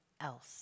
else